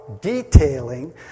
detailing